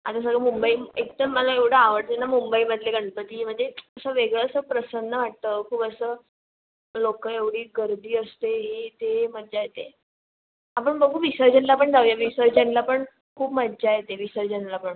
आता सर्व मुंबई एकदम मला एवढं आवडते ना मुंबईमधले गणपती म्हणजे असं वेगळं असं प्रसन्न वाटतं खूप असं लोक एवढी गर्दी असते ही इथे मजा येते आपण बघू विसर्जनाला पण जाऊया विसर्जनाला पण खूप मजा येते विसर्जनाला पण